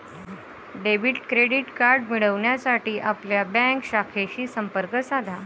debit credit card मिळविण्यासाठी आपल्या bank शाखेशी संपर्क साधा